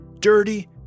dirty